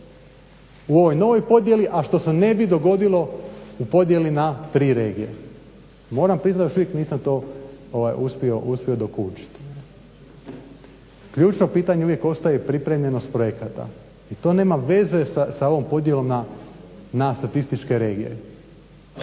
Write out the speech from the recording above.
u ovoj novoj podjeli, a što se ne bi dogodilo u podjeli na tri regije. Moram priznat još uvijek nisam to uspio dokučiti. Ključno pitanje uvijek ostaje pripremljenost projekata i to nema veze sa ovom podjelom na statističke regije.